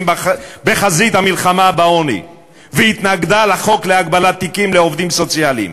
בחזית המלחמה בעוני והתנגדה לחוק להגבלת תיקים לעובדים סוציאליים,